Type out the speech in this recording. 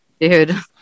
dude